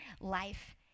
life